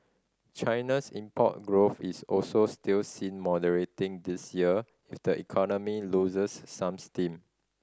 China's import growth is also still seen moderating this year if the economy loses some steam